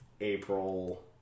April